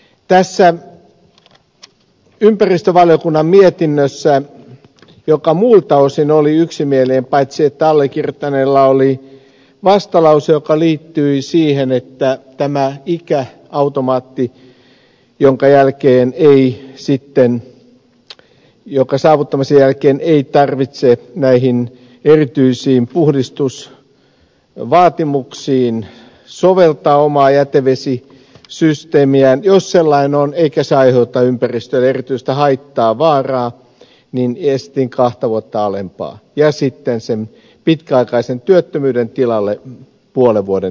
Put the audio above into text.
tässä ympäristövaliokunnan mietinnössä joka muilta osin oli yksimielinen paitsi että allekirjoittaneella oli vastalause joka liittyi siihen että tässä ikäautomaatissa jonka saavuttamisen jälkeen ei tarvitse näihin erityisiin puhdistusvaatimuksiin soveltaa omaa jätevesisysteemiään jos sellainen on eikä se aiheuta ympäristölle erityistä haittaa vaaraa tässä esitin kahta vuotta alempaa ja sitten sen pitkäaikaisen työttömyyden tilalle puolen vuoden työttömyyttä